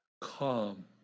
calm